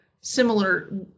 similar